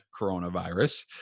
coronavirus